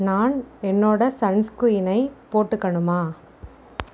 நான் என்னோடய சன்ஸ்கிரீனை போட்டுக்கணுமா